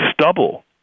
stubble